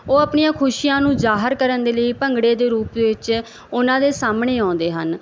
ਉਹ ਆਪਣੀਆਂ ਖੁਸ਼ੀਆਂ ਨੂੰ ਜਾਹਰ ਕਰਨ ਦੇ ਲਈ ਭੰਗੜੇ ਦੇ ਰੂਪ ਵਿੱਚ ਉਹਨਾਂ ਦੇ ਸਾਹਮਣੇ ਆਉਂਦੇ ਹਨ